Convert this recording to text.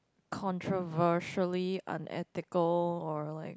controversially unethical or like